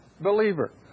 believer